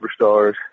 superstars